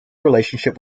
relationship